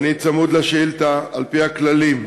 ואני צמוד לשאילתה, על-פי הכללים.